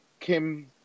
Kim